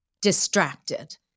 distracted